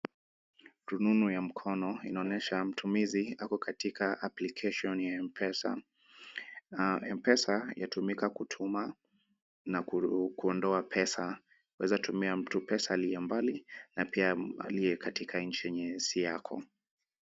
Rununu ya mkono inaonyesha mtumizi ako katika application ya M-Pesa. M-Pesa inatumika kutuma na kuondoa pesa. Waweza kutumia mtu pesa aliye mbali na pia aliye katika nchi yenye si yako.